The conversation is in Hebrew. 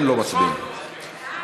של קבוצת סיעת הרשימה המשותפת,